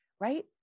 right